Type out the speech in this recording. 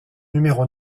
numéro